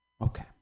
Okay